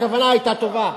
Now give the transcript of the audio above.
הכוונה היתה טובה,